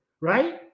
right